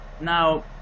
Now